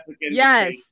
Yes